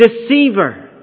deceiver